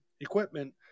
equipment